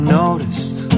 noticed